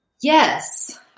Yes